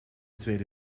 tweede